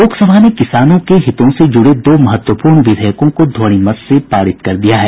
लोकसभा ने किसानों के हितों से जुड़े दो महत्वपूर्ण विधेयकों को ध्वनिमत से पारित कर दिया है